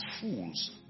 fools